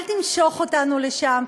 אל תמשוך אותנו לשם.